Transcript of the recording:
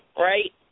right